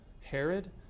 Herod